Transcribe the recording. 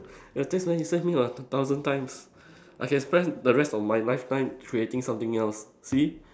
ya thanks man you save me a t~ thousand times I can spend the rest of lifetime creating something else see